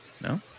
No